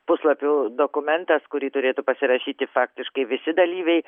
puslapių dokumentas kurį turėtų pasirašyti faktiškai visi dalyviai